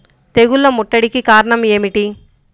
తెగుళ్ల ముట్టడికి కారణం ఏమిటి?